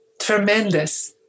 tremendous